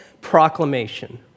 proclamation